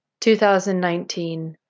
2019